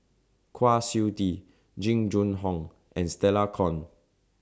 Kwa Siew Tee Jing Jun Hong and Stella Kon